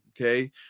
Okay